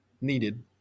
needed